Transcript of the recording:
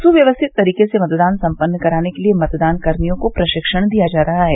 सुव्यवस्थित तरीके से मतदान सम्पन्न कराने के लिये मतदान कर्मियों को प्रशिक्षण दिया जा रहा है